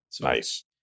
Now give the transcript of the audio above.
nice